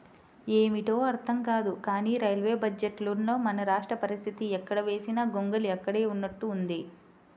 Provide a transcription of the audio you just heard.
ఏమిటో అర్థం కాదు కానీ రైల్వే బడ్జెట్లో మన రాష్ట్ర పరిస్తితి ఎక్కడ వేసిన గొంగళి అక్కడే ఉన్నట్లుగా ఉంది